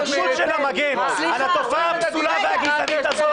המגן על התופעה הפסולה והגזענית הזאת.